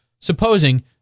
supposing